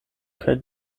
kaj